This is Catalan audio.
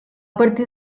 partir